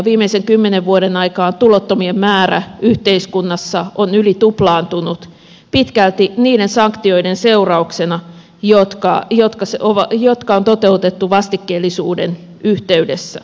viimeisen kymmenen vuoden aikaan tulottomien määrä yhteiskunnassa on yli tuplaantunut pitkälti niiden sanktioiden seurauksena jotka on toteutettu vastikkeellisuuden yhteydessä